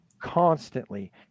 constantly –